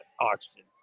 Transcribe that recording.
oxygen